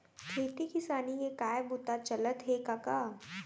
खेती किसानी के काय बूता चलत हे कका?